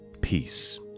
Peace